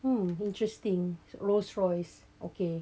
mm interesting rolls royce okay